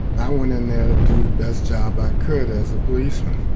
i went in there to do the best job i could as a policeman.